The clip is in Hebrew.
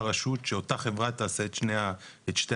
רשות שאותה חברה תעשה את שתי הפעולות.